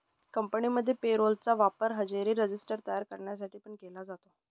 कंपनीमध्ये payroll चा वापर हजेरी रजिस्टर तयार करण्यासाठी पण केला जातो